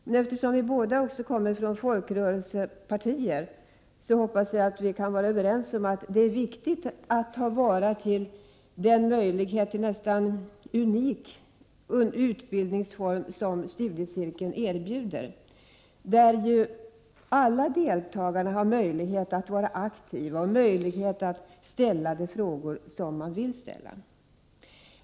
Men eftersom vi båda kommer från folkrörelsepartier hoppas jag att vi också kan vara överens om att det är viktigt att ta vara på den möjlighet till en nästan unik utbildningsform som studiecirkeln erbjuder. Alla deltagare har ju där möjlighet att vara aktiva och ställa frågor.